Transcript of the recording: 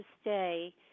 stay